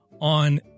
on